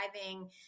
driving